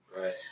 Right